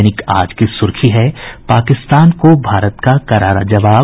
दैनिक आज की सुर्खी है पाकिस्तान को भारत का करारा जवाब